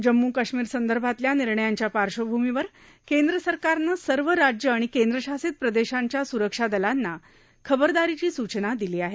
जम्मू कश्मीरसंदर्भातल्या निर्णयांच्या पार्श्वभूमीवर केंद्र सरकारनं सर्व राज्यं आणि केंद्रशासित प्रदेशांच्या स्रक्षा दलांना खबरदारीची सूचना दिली आहे